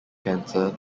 cancer